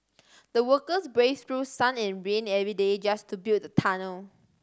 the workers braved through sun and rain every day just to build the tunnel